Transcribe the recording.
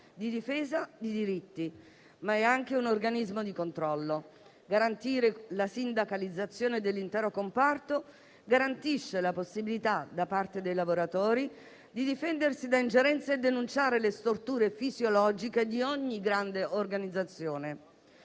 e difesa di diritti, ma anche un organismo di controllo. Garantire la sindacalizzazione dell'intero comparto consente ai lavoratori di difendersi da ingerenze e denunciare le storture fisiologiche di ogni grande organizzazione.